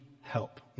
help